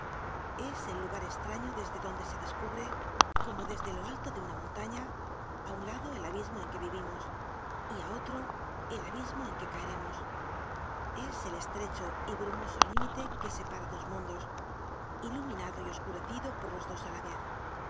es el lugar estraño desde donde se descubre como desde lo alto de una montaña á un lado el abismo en que vivimos y á otro el abismo en que caeremos es el estrecho y brumoso límite que separa dos mundos iluminado y oscurecido por los dos á la vez